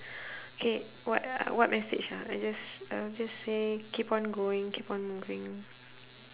K what uh what message ah I'll just I'll just say keep on going keep on moving